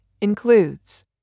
includes